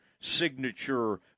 signature